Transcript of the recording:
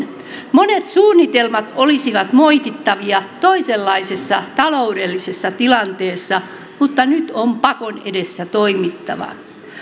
monet suunnitelmat olisivat moitittavia toisenlaisessa taloudellisessa tilanteessa mutta nyt on pakon edessä toimittava